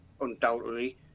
undoubtedly